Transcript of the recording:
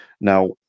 Now